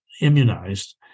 immunized